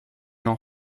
n’en